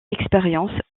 expérience